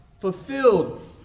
Fulfilled